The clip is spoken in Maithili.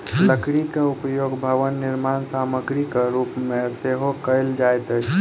लकड़ीक उपयोग भवन निर्माण सामग्रीक रूप मे सेहो कयल जाइत अछि